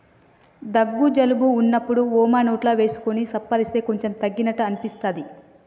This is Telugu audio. దగ్గు జలుబు వున్నప్పుడు వోమ నోట్లో వేసుకొని సప్పరిస్తే కొంచెం తగ్గినట్టు అనిపిస్తది